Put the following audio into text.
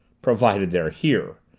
provided they're here,